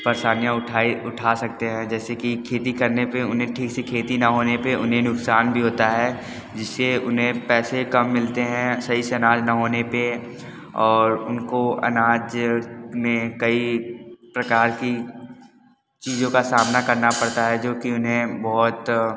परेशानियाँ उठा सकते हैं जैसे की खेती करने पर उन्हें ठीक से खेती न होने पर उन्हें नुकसान भी होता है जिससे उन्हें पैसे कम मिलते हैं सही से अनाज न होने पर और उनको अनाज में कई प्रकार की चीजों का सामना करना पड़ता है जो कि उन्हें बहुत